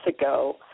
ago